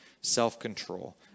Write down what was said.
self-control